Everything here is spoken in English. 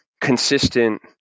consistent